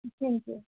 thank you